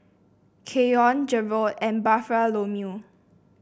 Keion Jarrod and Bartholomew